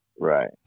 Right